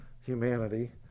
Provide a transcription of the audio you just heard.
humanity